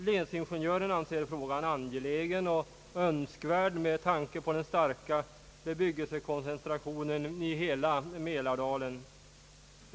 Länsingenjören anser frågan angelägen och önskvärd med tanke på den starka bebyggelsekoncentrationen i hela Mälardalen.